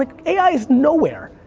like ai is nowhere.